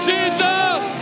Jesus